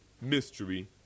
mystery